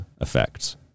effects